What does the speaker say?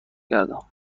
کردم